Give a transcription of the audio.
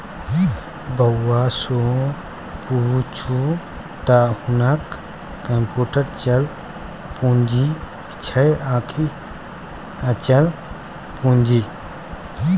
बौआ सँ पुछू त हुनक कम्युटर चल पूंजी छै आकि अचल पूंजी